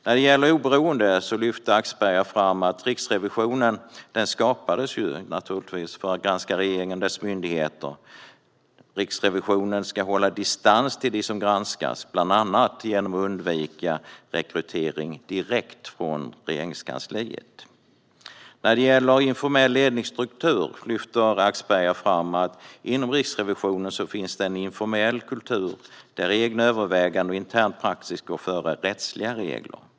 När det gäller oberoende lyfter Axberger fram att Riksrevisionen skapades för att granska regeringen och dess myndigheter. Riksrevisionen ska hålla distans till dem som granskas, bland annat genom att undvika rekrytering direkt från Regeringskansliet. När det gäller informell ledningsstruktur lyfter Axberger fram att det inom Riksrevisionen finns en informell kultur. Egna överväganden och intern praxis går före rättsliga regler.